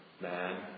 man